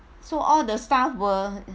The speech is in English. so all the staff were